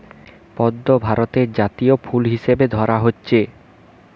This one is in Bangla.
পদ্ম ভারতের জাতীয় ফুল হিসাবে ধরা হইচে